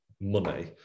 money